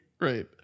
Right